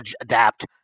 adapt